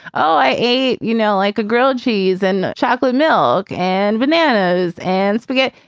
oh, i a you know, like a grilled cheese and chocolate milk and bananas and we get